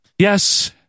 Yes